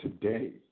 today